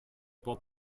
può